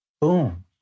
boom